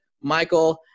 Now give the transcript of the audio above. Michael